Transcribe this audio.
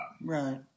Right